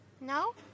No